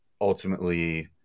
ultimately